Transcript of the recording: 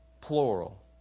plural